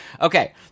Okay